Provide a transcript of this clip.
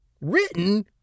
written